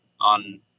on